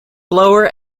blower